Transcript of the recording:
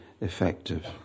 effective